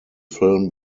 film